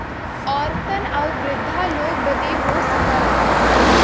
औरतन आउर वृद्धा लोग बदे हो सकला